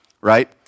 Right